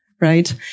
right